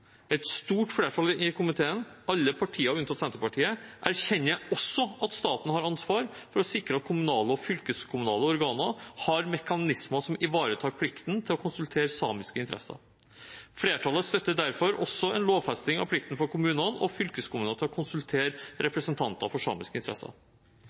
Et stort flertall i komiteen, alle partier unntatt Senterpartiet, erkjenner også at staten har et ansvar for å sikre at kommunale og fylkeskommunale organer har mekanismer som ivaretar plikten til å konsultere samiske interesser. Flertallet støtter derfor også en lovfesting av plikten for kommuner og fylkeskommuner til å konsultere